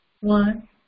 One